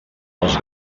els